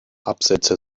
absätze